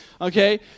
okay